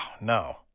no